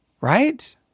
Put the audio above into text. Right